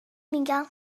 میگم